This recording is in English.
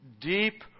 Deep